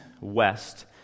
west